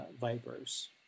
vipers